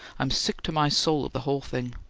i'm sick to my soul of the whole thing.